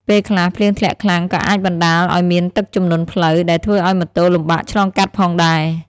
ពេលខ្លះ ភ្លៀងធ្លាក់ខ្លាំងក៏អាចបណ្ដាលឱ្យមានទឹកជំនន់ផ្លូវ ដែលធ្វើឱ្យម៉ូតូលំបាកឆ្លងកាត់ផងដែរ។